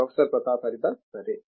professor Pratap Haridas సరే